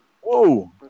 Whoa